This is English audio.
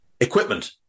equipment